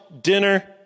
dinner